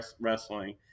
wrestling